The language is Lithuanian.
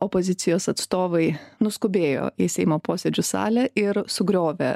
opozicijos atstovai nuskubėjo į seimo posėdžių salę ir sugriovė